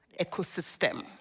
ecosystem